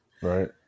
Right